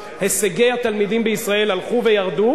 הישגי התלמידים בישראל הלכו וירדו.